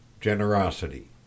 generosity